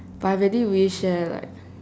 but I really wish leh like